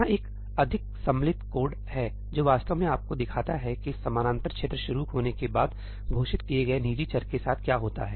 यहां एक अधिक सम्मिलित कोड है जो वास्तव में आपको दिखाता है कि समानांतर क्षेत्र शुरू होने के बाद घोषित किए गए निजी चर के साथ क्या होता है